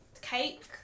Cake